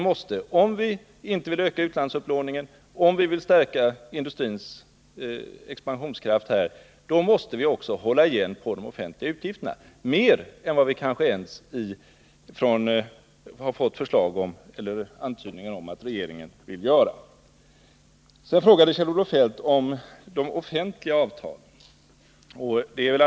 — att om vi inte vill öka utlandsupplåningen, om vi vill stärka industrins expansionskraft, måste vi hålla igen på de offentliga utgifterna, kanske ännu mer än vad vi fått antydningar om att regeringen vill göra. Sedan frågade Kjell-Olof Feldt om de offentliga avtalen.